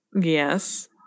Yes